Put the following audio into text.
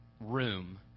room